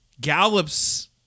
gallops